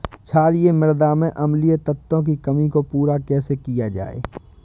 क्षारीए मृदा में अम्लीय तत्वों की कमी को पूरा कैसे किया जाए?